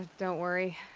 don't worry.